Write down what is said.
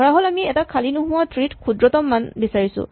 ধৰাহ'ল আমি এটা খালী নোহোৱা ট্ৰী ত ক্ষুদ্ৰতম মানটো বিচাৰিছো